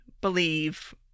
believe